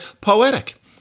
poetic